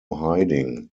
hiding